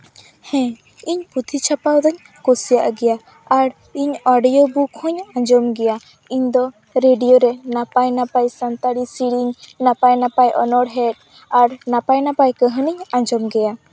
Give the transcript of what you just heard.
ᱦᱮᱸ ᱤᱧ ᱯᱩᱛᱷᱤ ᱪᱷᱟᱯᱟᱣ ᱫᱩᱧ ᱠᱩᱥᱤᱭᱟᱜ ᱜᱮᱭᱟ ᱟᱨ ᱤᱧ ᱚᱰᱤᱭᱳ ᱵᱩᱠ ᱦᱚᱸᱧ ᱟᱸᱡᱚᱢ ᱜᱮᱭᱟ ᱤᱧ ᱫᱚ ᱨᱮᱰᱤᱭᱳ ᱨᱮ ᱱᱟᱯᱟᱭᱼᱱᱟᱯᱟᱭ ᱥᱟᱱᱛᱟᱲᱤ ᱥᱮᱨᱮᱧ ᱱᱟᱯᱟᱭᱼᱱᱟᱯᱟᱭ ᱚᱱᱚᱬᱦᱮᱸ ᱟᱨ ᱱᱟᱯᱟᱭᱼᱱᱟᱯᱟᱭ ᱠᱟᱹᱦᱱᱤᱧ ᱟᱸᱡᱚᱢ ᱜᱮᱭᱟ